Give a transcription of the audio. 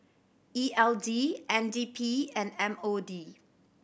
E L D N D P and M O D